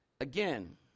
again